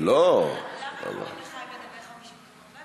אתה גורם לחיים לדבר 50 דקות.